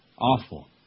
Awful